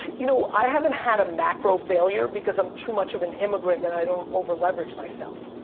you know, i haven't had a macro failure, because i'm too much of an immigrant, and i don't over-leverage myself,